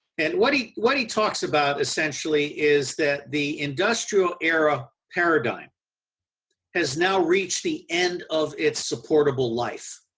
and what he what he talks about essentially is that the industrial era paradigm has now reached the end of it's supportable life.